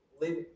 live